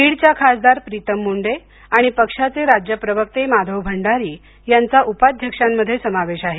बीडच्या खासदार प्रीतम मुंडे आणि पक्षाचे राज्य प्रवक्ते माधव भंडारी यांचा उपाध्यक्षांमध्ये समावेश आहे